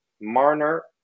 Marner